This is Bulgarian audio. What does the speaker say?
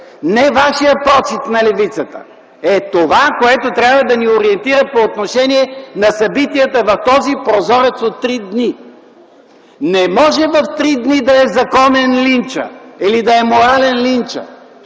Не вашият прочит, на левицата, е това, което трябва да ни ориентира по отношение на събитията в този прозорец от три дни. Не може линчът да е законен в три дни, или да е морален.